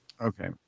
okay